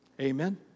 Amen